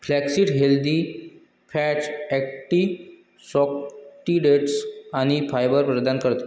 flaxseed healthy fats, antioxidants आणि fibre प्रदान करते